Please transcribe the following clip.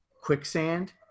quicksand